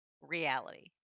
reality